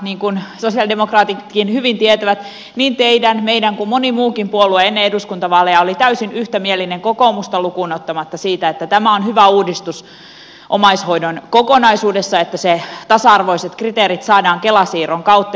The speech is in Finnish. niin kuin sosialidemokraatitkin hyvin tietävät niin teidän meidän kuin moni muukin puolue ennen eduskuntavaaleja oli täysin yksimielinen kokoomusta lukuun ottamatta siitä että tämä on hyvä uudistus omaishoidon kokonaisuudessa että tasa arvoiset kriteerit saadaan kela siirron kautta